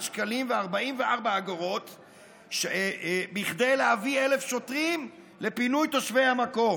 1,868,671.44 שקלים כדי להביא 1,000 שוטרים לפינוי תושבי המקום.